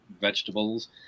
vegetables